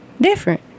different